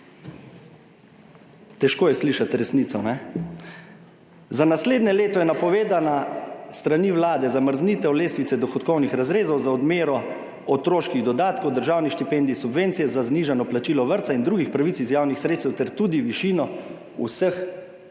Težko je slišati resnico. Za naslednje leto je napovedana s strani Vlade zamrznitev lestvice dohodkovnih razredov za odmero otroških dodatkov, državnih štipendij, subvencije za znižano plačilo vrtca in drugih pravic iz javnih sredstev ter tudi višino vseh